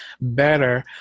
better